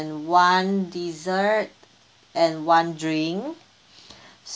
one dessert and one drink